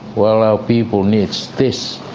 while our people needs this,